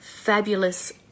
fabulous